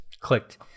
clicked